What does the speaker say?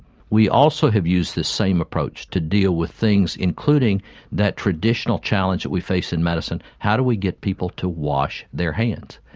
we also have used this same approach to deal with things including that traditional challenge that we face in medicine how do we get people to wash their hands?